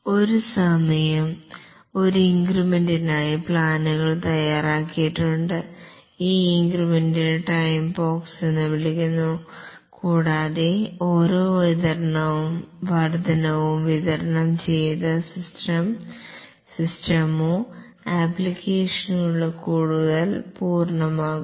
ഒരു സമയം ഒരു ഇൻക്രിമെന്റിനായി പ്ലാനുകൾ തയ്യാറാക്കിയിട്ടുണ്ട് ഈ ഇൻക്രിമെന്റിനെ ടൈം ബോക്സ് എന്ന് വിളിക്കുന്നു കൂടാതെ ഓരോ വർധനവും വിതരണം ചെയ്ത ശേഷം സിസ്റ്റമോ അപ്ലിക്കേഷനുകളോ കൂടുതൽ പൂർണ്ണമാകും